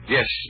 Yes